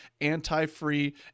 anti-free